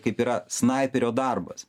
kaip yra snaiperio darbas